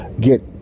get